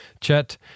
Chet